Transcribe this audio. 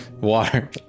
Water